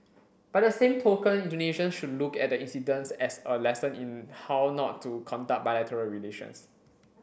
by the same token Indonesians should look at the incident as a lesson in how not to conduct bilateral relations